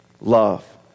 Love